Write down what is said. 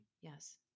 Yes